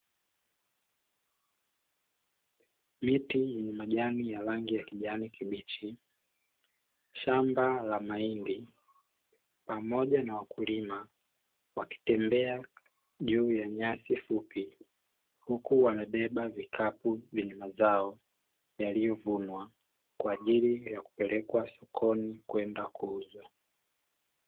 Miti yenye majani ya rangi ya kijani kibichi, shamba la mahindi pamoja na wakulima wakitembea juu ya nyasi fupi huku wamebeba vikapu vyenye mazao yaliyovunwa, kwa ajili ya kupelekwa sokoni kwenda kuuzwa.